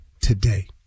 today